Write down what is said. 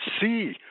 see